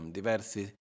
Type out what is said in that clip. diversi